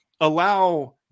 allow